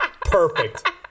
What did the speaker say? Perfect